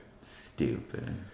Stupid